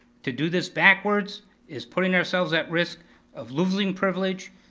to do this backwards is putting ourselves at risk of losing privilege,